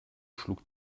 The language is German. schlug